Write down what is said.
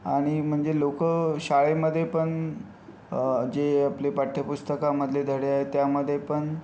आणि म्हणजे लोकं शाळेमध्ये पण जे आपले पाठ्यपुस्तकामधले धडे आहे त्यामध्ये पण